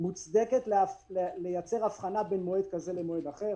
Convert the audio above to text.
מוצדקת לייצר הבחנה בין מועד כזה או אחר.